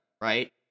right